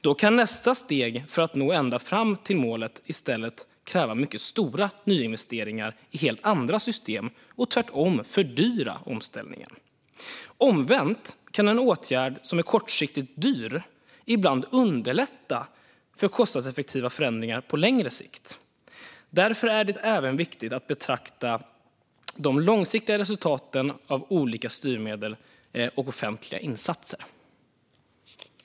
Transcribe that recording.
Då kan nästa steg för att nå ända fram till målet i stället kräva mycket stora nyinvesteringar i helt andra system och tvärtom fördyra omställningen. Omvänt kan en åtgärd som är kortsiktigt dyr ibland underlätta för kostnadseffektiva förändringar på längre sikt. Därför är det även viktigt att betrakta de långsiktiga resultaten av olika styrmedel och offentliga insatser."